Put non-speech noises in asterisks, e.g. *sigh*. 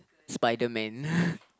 spiderman *laughs*